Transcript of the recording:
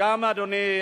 באותו נושא.